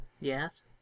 Yes